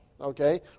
Okay